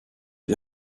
die